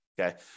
Okay